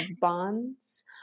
bonds